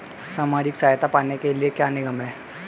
सामाजिक सहायता पाने के लिए क्या नियम हैं?